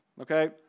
Okay